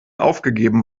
aufgegeben